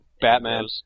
Batman